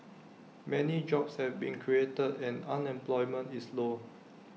many jobs have been created and unemployment is low